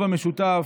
על הטוב והמשותף,